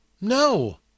No